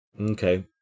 Okay